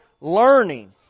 learning